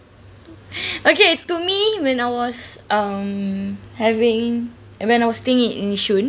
okay to me when I was um having and when I was staying in in yishun